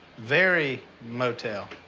very motel.